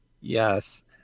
yes